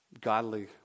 godly